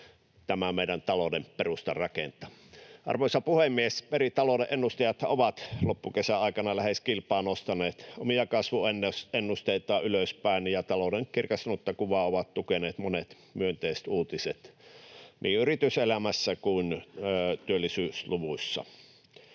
tämän meidän talouden perustan rakentaa. Arvoisa puhemies! Eri talouden ennustajat ovat loppukesän aikana lähes kilpaa nostaneet omia kasvuennusteitaan ylöspäin, ja talouden kirkastunutta kuvaa ovat tukeneet monet myönteiset uutiset niin yrityselämässä kuin työllisyysluvuissa.